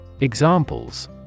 Examples